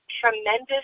tremendous